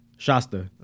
Shasta